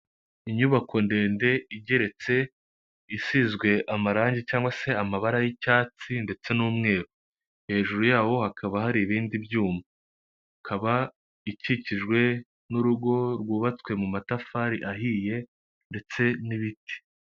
Inyubako ndende igeretse isizwe amarangi cyangwa se amabara y'icyatsi ndetse n'umweru, hejuru yawo hakaba hari ibindi byuma, ikaba ikikijwe n'urugo rwubatswe mu matafari ahiye ndetse n'ibiti.